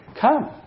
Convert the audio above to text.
come